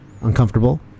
Uncomfortable